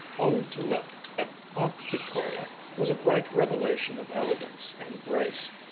only to look at aunt victoria was a bright revelation of elegance and grace.